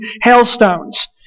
hailstones